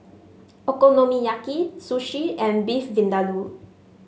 Okonomiyaki Sushi and Beef Vindaloo